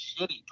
shitty